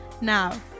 Now